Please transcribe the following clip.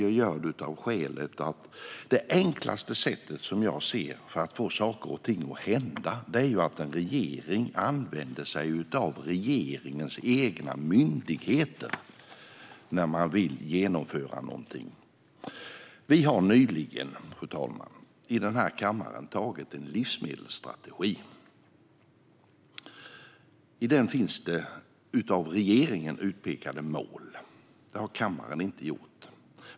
Jag gör det av skälet att det enklaste sättet, som jag ser det, att få saker och ting att hända är att en regering använder sig av regeringens egna myndigheter när man vill genomföra någonting. Fru talman! Vi har nyligen i den här kammaren antagit en livsmedelsstrategi. I den finns av regeringen utpekade mål. Det är alltså inte kammaren som har pekat ut dem.